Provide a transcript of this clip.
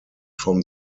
from